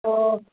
ꯑꯣ